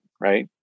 right